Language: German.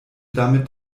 damit